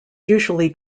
usually